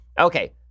Okay